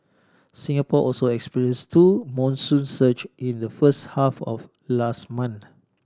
Singapore also experience two monsoon surge in the first half of last month